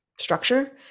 structure